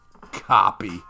Copy